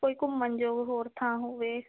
ਕੋਈ ਘੁੰਮਣ ਯੋਗ ਹੋਰ ਥਾਂ ਹੋਵੇ